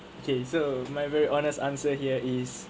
okay so my very honest answer here is